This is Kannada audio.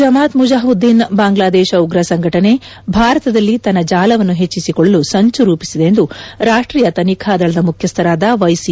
ಜಮಾತ್ ಮುಜಾಹಿದ್ದೀನ್ ಬಾಂಗ್ಲಾದೇಶ ಉಗ್ರ ಸಂಘಟನೆ ಭಾರತದಲ್ಲಿ ತನ್ನ ಜಾಲವನ್ನು ಹೆಚ್ಚಿಸಿಕೊಳ್ಳಲು ಸಂಚು ರೂಪಿಸಿದೆ ಎಂದು ರಾಷ್ಷೀಯ ತನಿಖಾ ದಳದ ಮುಖ್ಯಸ್ಥರಾದ ವೈಸಿ